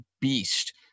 beast